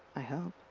i hope.